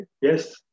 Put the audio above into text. yes